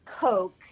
Coke